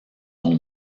son